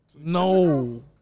No